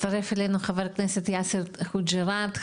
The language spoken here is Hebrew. הצטרף אלינו חבר הכנסת יאסר חוג'ראת,